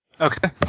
Okay